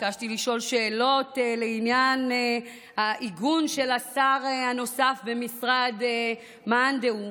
ביקשתי לשאול שאלות בעניין העיגון של השר הנוסף במשרד מאן דהוא,